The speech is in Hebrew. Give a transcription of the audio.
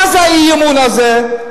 מה זה האי-אמון הזה?